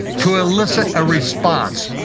to illicit a response.